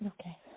Okay